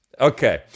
Okay